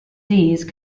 these